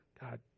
God